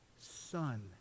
Son